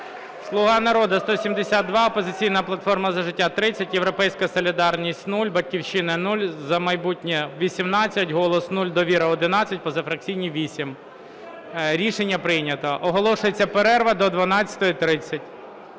"Слуга народу" – 172, "Опозиційна платформа – За життя" – 30, "Європейська солідарність" – 0, "Батьківщина" – 0, "За майбутнє" – 18, "Голос" – 0, "Довіра" – 11, позафракційні – 8. Рішення прийнято. Оголошується перерва до 12:30.